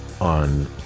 on